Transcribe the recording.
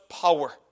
power